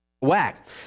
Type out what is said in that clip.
whack